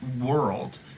world